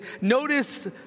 Notice